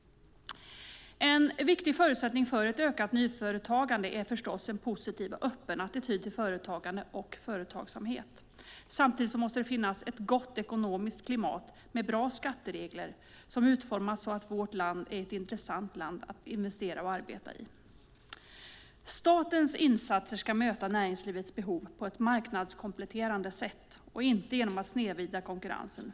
En viktig förutsättning för ett ökat nyföretagande är förstås en positiv och öppen attityd till företagande och företagsamhet. Samtidigt måste det finnas ett gott ekonomiskt klimat med bra skatteregler som utformas så att vårt land är ett intressant land att investera och arbeta i. Statens insatser ska möta näringslivets behov på ett marknadskompletterande sätt och inte genom att snedvrida konkurrensen.